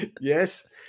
Yes